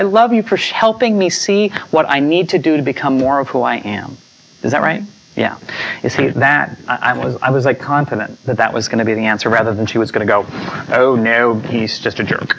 i love you push helping me see what i need to do to become more of who i am is that right yeah it seems that i was i was like confident that that was going to be the answer rather than she was going to go oh no he's just